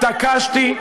התעקשתי,